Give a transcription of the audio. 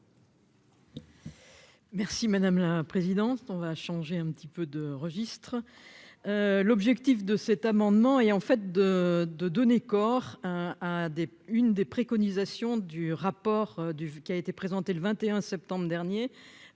Merci madame la présidence dont va changer un petit peu de registre, l'objectif de cet amendement et en fait de de donner corps à des une des préconisations du rapport du qui a été présenté le 21 septembre dernier